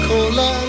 Cola